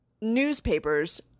newspapers